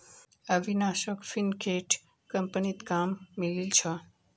अविनाशोक फिनटेक कंपनीत काम मिलील छ